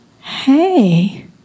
Hey